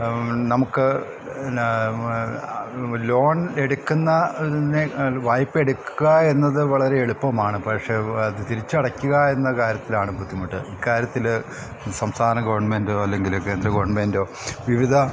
നമുക്ക് ലോൺ എടുക്കുന്ന വായ്പ എടുക്കുക എന്നത് വളരെ എളുപ്പമാണ് പക്ഷേ അത് തിരിച്ചടക്കുക എന്ന കാര്യത്തിലാണ് ബുദ്ധിമുട്ട് ഇക്കാര്യത്തിൽ സംസ്ഥാന ഗെവൺമെൻറ്റോ അല്ലെങ്കിൽ കേന്ദ്ര ഗെവൺമെൻറ്റോ വിവിധ